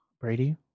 Brady